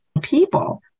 people